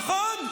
נכון?